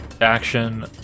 action